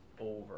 over